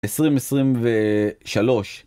2023